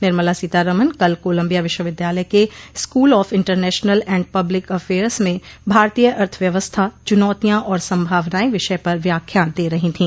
निर्मला सीतारमन कल कोलंबिया विश्वविद्यालय के school of international and public affairs में भारतीय अर्थव्यवस्था चुनौतियां और संभावनाएं विषय पर व्याख्यान दे रही थीं